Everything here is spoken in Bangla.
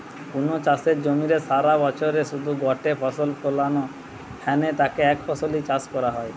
কুনু চাষের জমিরে সারাবছরে শুধু গটে ফসল ফলানা হ্যানে তাকে একফসলি চাষ কয়া হয়